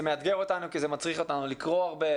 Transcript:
זה מאתגר אותנו כי זה מצריך אותנו לקרוא הרבה,